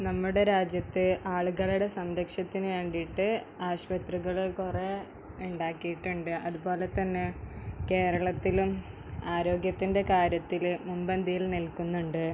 നമ്മുടെ രാജ്യത്തെ ആളുകളുടെ സംരക്ഷത്തിന് വേണ്ടിയിട്ട് ആശുപത്രികള് കുറെ ഉണ്ടാക്കിയിട്ടുണ്ട് അത്പോലെ തന്നെ കേരളത്തിലും ആരോഗ്യത്തിൻ്റെ കാര്യത്തില് മുൻപന്തിയിൽ നിൽക്കുന്നുണ്ട്